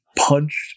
punched